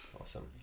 awesome